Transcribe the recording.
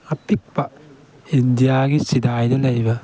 ꯑꯄꯤꯛꯄ ꯏꯟꯗꯤꯌꯥꯒꯤ ꯆꯤꯗꯥꯏꯗ ꯂꯩꯕ